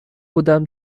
بودم